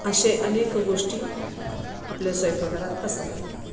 अशा अनेक गोष्टी आपल्या स्वयंपाकघरात असतात